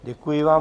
Děkuji vám.